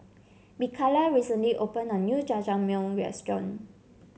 Mikaila recently opened a new Jajangmyeon Restaurant